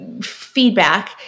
feedback